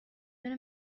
دونه